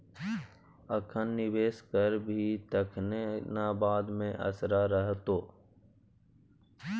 अखन निवेश करभी तखने न बाद मे असरा रहतौ